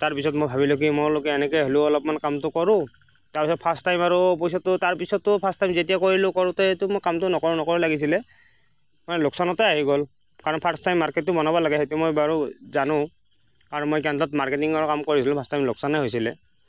তাৰ পিছত মই ভাবিলোঁ কি মই লোকে এনেকৈ হ'লেও অলপমান কামটো কৰোঁ তাৰ পাছত ফাষ্ট টাইম আৰু পইচাটো তাৰ পিছততো ফাষ্ট টাইম যেতিয়া কৰিলোঁ কৰোঁতে এইটো মোৰ কামটো নকৰোঁ নকৰোঁ লাগিছিলে মানে লোকচানতে আহি গ'ল কাৰণ ফাষ্ট টাইম মাৰ্কেটটো বনাব লাগে সেইটো মই বাৰু জানোঁ আৰু মই কেন্দ্ৰত মাৰ্কেটিঙৰ কাম কৰিছিলোঁ ফাষ্ট টাইম লোকচানেই হৈছিলে